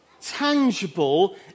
tangible